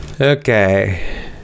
Okay